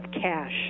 cash